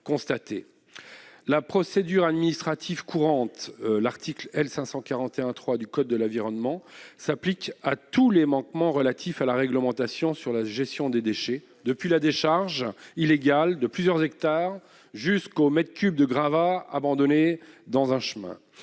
La procédure administrative courante, définie à l'article L. 541-3 du code de l'environnement, s'applique à tous les manquements relatifs à la réglementation sur la gestion des déchets, depuis la décharge illégale de plusieurs hectares jusqu'au mètre cube de gravats abandonnés au bord d'un chemin.